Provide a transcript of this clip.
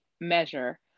measure